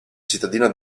cittadina